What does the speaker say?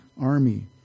army